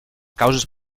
causes